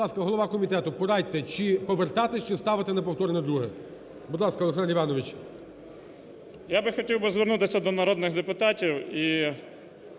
Я би хотів звернутися до народних депутатів